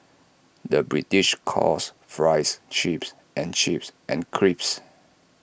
the British calls Fries Chips and chips and crisps